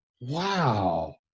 wow